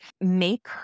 make